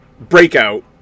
breakout